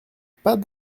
pas